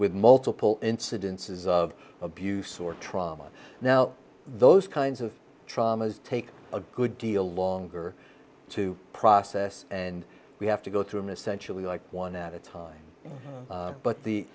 with multiple incidences of abuse or trauma now those kinds of traumas take a good deal longer to process and we have to go to an essentially like one at a time but the